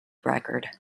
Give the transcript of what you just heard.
record